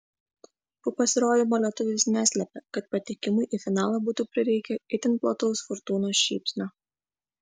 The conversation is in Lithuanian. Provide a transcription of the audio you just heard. po pasirodymo lietuvis neslėpė kad patekimui į finalą būtų prireikę itin plataus fortūnos šypsnio